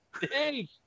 Hey